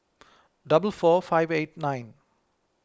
double four five eight nine